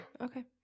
Okay